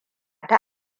ta